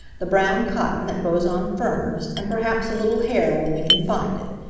the brown cotton that grows on ferns, and perhaps a little hair when we can find it.